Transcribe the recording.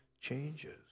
changes